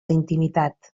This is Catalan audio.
intimitat